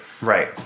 Right